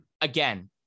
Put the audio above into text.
again